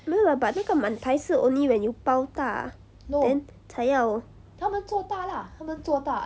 没有 lah but 那个满台是 only when you 包大 then 才要